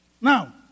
Now